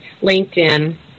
LinkedIn